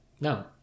No